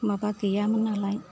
माबा गैयामोन नालाय